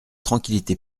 tranquillité